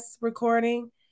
recording